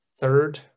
third